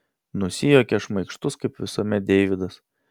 nusijuokia šmaikštus kaip visuomet deividas